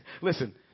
Listen